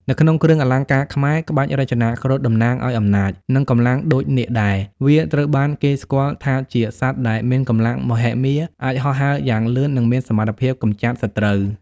នៅក្នុងគ្រឿងអលង្ការខ្មែរ ក្បាច់រចនាគ្រុឌតំណាងឱ្យអំណាច និងកម្លាំងដូចនាគដែរ វាត្រូវបានគេស្គាល់ថាជាសត្វដែលមានកម្លាំងមហិមា អាចហោះហើរយ៉ាងលឿន និងមានសមត្ថភាពកម្ចាត់សត្រូវ។